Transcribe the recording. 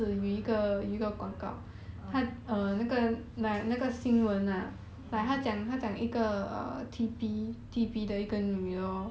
orh mm